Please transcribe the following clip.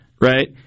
Right